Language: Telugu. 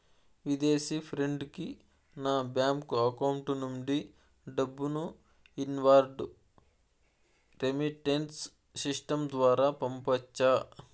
విదేశీ ఫ్రెండ్ కి నా బ్యాంకు అకౌంట్ నుండి డబ్బును ఇన్వార్డ్ రెమిట్టెన్స్ సిస్టం ద్వారా పంపొచ్చా?